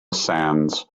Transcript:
sands